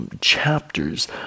chapters